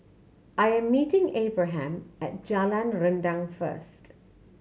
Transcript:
I am meeting Abraham at Jalan Rendang first